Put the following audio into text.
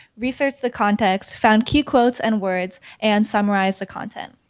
researched the context, found key quotes and words and summarized the content.